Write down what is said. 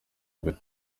mbere